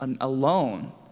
alone